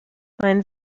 mein